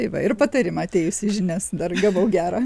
tai va ir patarimą atėjusi į žinias dar gavau gerą